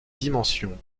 dimension